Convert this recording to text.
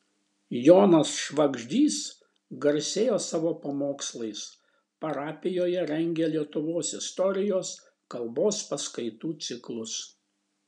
jonas švagždys garsėjo savo pamokslais parapijoje rengė lietuvos istorijos kalbos paskaitų ciklus